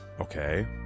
Okay